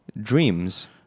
Dreams